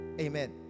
amen